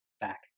back